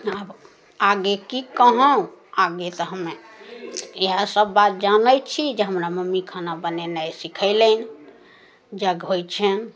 आब आगे की कहौं आगे तऽ हम्मे इएह सब बात जानै छी जे हमरा मम्मी खाना बनेनाइ सिखेलनि यज्ञ होइ छनि